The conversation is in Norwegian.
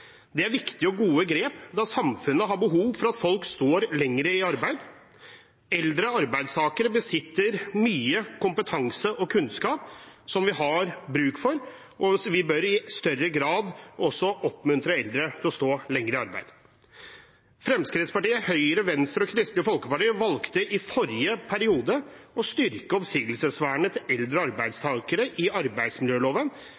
Det er viktige og gode grep, for samfunnet har behov for at folk står lenger i arbeid. Eldre arbeidstakere besitter mye kompetanse og kunnskap som vi har bruk for, og vi bør i større grad oppmuntre eldre til å stå lenger i arbeid. Fremskrittspartiet, Høyre, Venstre og Kristelig Folkeparti valgte i forrige periode å styrke oppsigelsesvernet til eldre